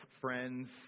friends